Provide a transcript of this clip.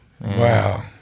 Wow